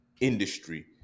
industry